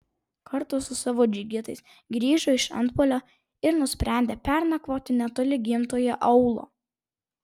kartą su savo džigitais grįžo iš antpuolio ir nusprendė pernakvoti netoli gimtojo aūlo